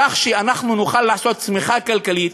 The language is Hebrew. כך שאנחנו נוכל לעשות צמיחה כלכלית,